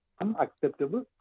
unacceptable